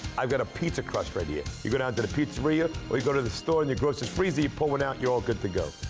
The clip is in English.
i've got a pizza crust right here. you go down to the pizzeria or you go to the store in your grocer's freezer, you pull one out, you're all good to go.